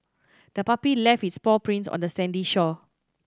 the puppy left its paw prints on the sandy shore